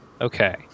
okay